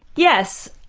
yes.